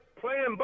playing